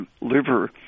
liver